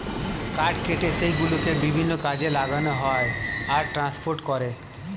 কাঠ কেটে সেই গুলোকে বিভিন্ন কাজে লাগানো হয় আর ট্রান্সপোর্ট করে